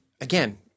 again